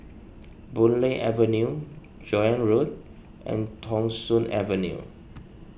Boon Lay Avenue Joan Road and Thong Soon Avenue